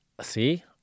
See